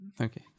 Okay